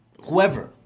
Whoever